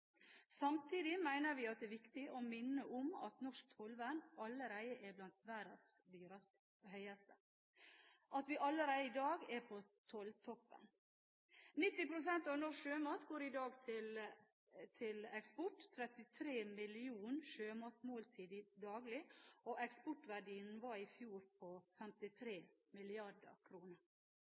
Samtidig mener vi at det er viktig å minne om at norsk tollvern allerede er blant verdens høyeste – at vi allerede i dag er på tolltoppen. 90 pst. av norsk sjømat går i dag til eksport – 33 millioner sjømatmåltider daglig. Eksportverdien var i fjor på 53